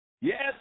Yes